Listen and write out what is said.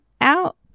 out